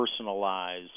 personalize